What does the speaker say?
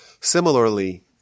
Similarly